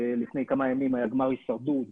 לפני כמה ימים היה גמר הישרדות,